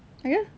ya